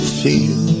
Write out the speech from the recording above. feel